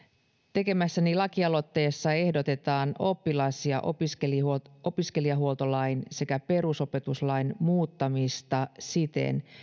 tekemässäni lakialoitteessa ehdotetaan oppilas ja opiskelijahuoltolain sekä perusopetuslain muuttamista siten